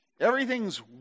Everything's